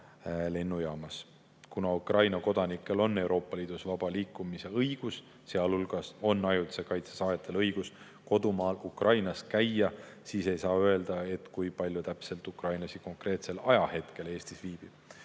Lennujaamas. Kuna Ukraina kodanikel on Euroopa Liidus vaba liikumise õigus, sealhulgas on ajutise kaitse saajatel õigus kodumaal Ukrainas käia, siis ei saa öelda, kui palju täpselt ukrainlasi konkreetsel ajahetkel Eestis viibib.